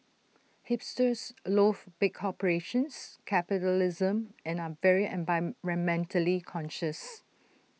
hipsters loath big corporations capitalism and are very environmentally conscious